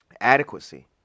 Adequacy